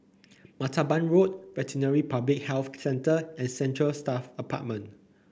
Martaban Road Veterinary Public Health Centre and Central Staff Apartment